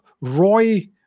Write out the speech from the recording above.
Roy